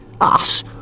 Us